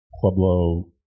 Pueblo